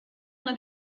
una